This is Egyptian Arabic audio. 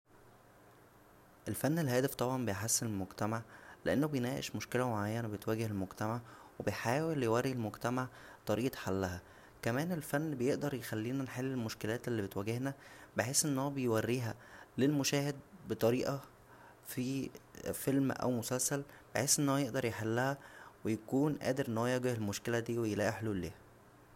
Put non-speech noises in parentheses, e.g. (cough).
الفن الهادف طبعا بيحسن المجتممع لانه بيناقش مشكله معينه بتواجه المجتمع و بيحاول يورى المجتمع طريقة حلها كمان الفن بيقدر يخلينا نحل المشكلات اللى بتواجهنا بحيث ان هو بيوريها للمشاهد بطريقه فى (hesitation) فيلم او مسلسل بحيث ان هو يقدر يحلها و يكون قادر ان هو يواجه المشكله دى ويلاقى حلول ليها